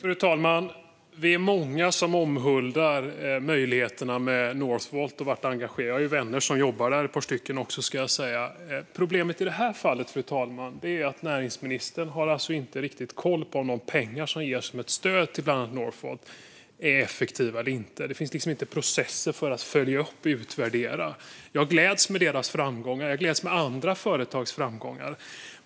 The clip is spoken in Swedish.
Fru talman! Vi är många som omhuldar möjligheterna med Northvolt och har varit engagerade. Jag har ett par vänner som jobbar där, ska jag säga. Problemet i det här fallet, fru talman, är att näringsministern inte riktigt har koll på om de pengar som ges som stöd till bland annat Northvolt är effektiva eller inte. Det finns liksom inte processer för att följa upp och utvärdera. Jag gläds åt Northvolts framgång, och jag gläds åt andra företags framgångar.